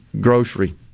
grocery